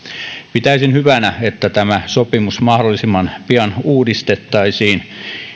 pitäisin hyvänä että tämä sopimus mahdollisimman pian uudistettaisiin